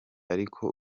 ariko